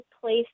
place